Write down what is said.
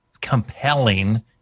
compelling